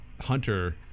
Hunter